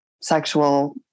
sexual